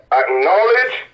acknowledge